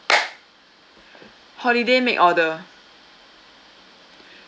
holiday make order